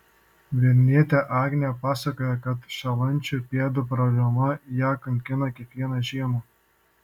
vilnietė agnė pasakoja kad šąlančių pėdų problema ją kankina kiekvieną žiemą